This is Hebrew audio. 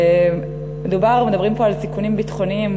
מדברים פה על סיכונים ביטחוניים,